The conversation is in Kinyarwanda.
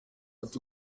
ati